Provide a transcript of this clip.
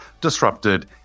disrupted